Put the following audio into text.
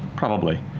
probably.